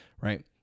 Right